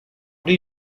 did